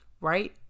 Right